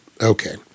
Okay